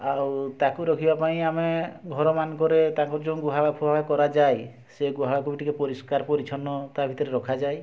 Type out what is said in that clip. ଆଉ ତାକୁ ରଖିବା ପାଇଁ ଆମେ ଘର ମାନଙ୍କରେ ତାକୁ ଯେଉଁ ଗୁହାଳ ଫୁହାଳ କରାଯାଏ ସେ ଗୁହାଳକୁ ବି ଟିକେ ପରିଷ୍କାର ପରିଛନ୍ନ ତା' ଭିତରେ ରଖାଯାଏ